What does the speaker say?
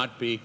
not be